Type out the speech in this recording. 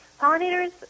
pollinators